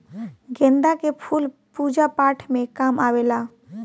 गेंदा के फूल पूजा पाठ में काम आवेला